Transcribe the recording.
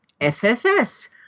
FFS